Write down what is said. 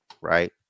Right